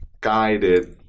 guided